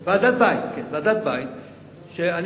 ועדת-ביין, כן.